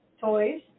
toys